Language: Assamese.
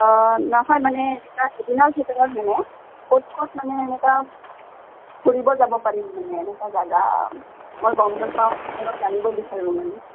অ' নহয় মানে এনেকুৱা এদিনৰ ভিতৰত মানে ক'ত ক'ত মানে এনেকুৱা ফুৰিব যাব পাৰিম মানে এনেকুৱা জাগা মই গম নাপাওঁ অলপ জানিব বিচাৰোঁ মানে